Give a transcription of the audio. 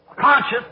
conscious